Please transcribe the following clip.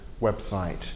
website